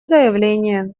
заявление